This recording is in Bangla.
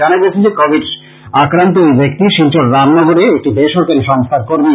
জানা গেছে যে কোবিড আক্রান্ত এই ব্যাক্তি শিলচর রামনগরে একটি বেসরকারী সংস্থার কর্মী